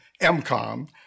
MCOM